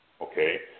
okay